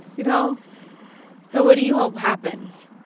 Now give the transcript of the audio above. you know so what do you hope happens?